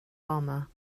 bomber